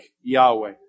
Yahweh